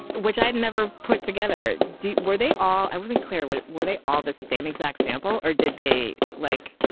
which i'd never put together deep. were they all. i wasn't clear what were they. all the same exact sample. or did they like.